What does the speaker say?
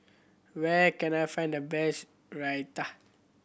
where can I find the best Raita